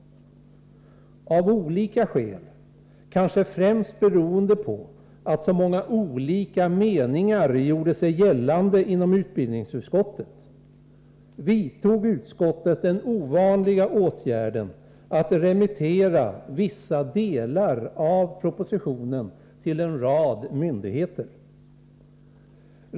Av olika skäl— kanske främst därför att så många olika meningar gjorde sig gällande inom utbildningsutskottet — vidtog utskottet den ovanliga åtgärden att remittera vissa delar av propositionen till en rad myndigheter.